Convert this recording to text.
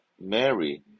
Mary